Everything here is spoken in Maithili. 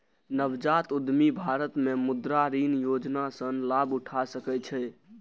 नवजात उद्यमी भारत मे मुद्रा ऋण योजना सं लाभ उठा सकै छै